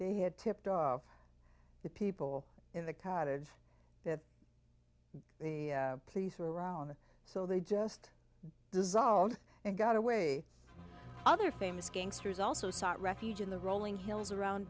they had tipped off the people in the cottage that the police were around so they just dissolved and got away other famous gangsters also sought refuge in the rolling hills around